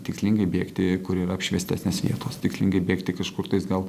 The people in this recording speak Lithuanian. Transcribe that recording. tikslingai bėgti kur yra apšviestesnės vietos tikslingai bėgti kažkurtais gal toliau